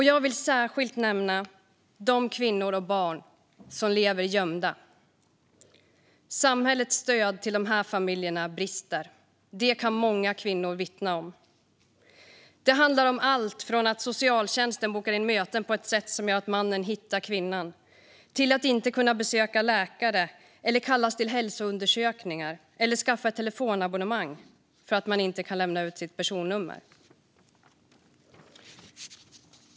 Jag vill särskilt nämna de kvinnor och barn som lever gömda. Samhällets stöd till dessa familjer brister. Det kan många kvinnor vittna om. Det handlar om allt från att socialtjänsten bokar in möten på ett sätt som gör att mannen hittar kvinnan till att inte kunna besöka läkare, kallas till hälsoundersökningar eller skaffa ett telefonabonnemang därför att man inte kan lämna ut sitt personnummer.